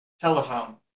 telephone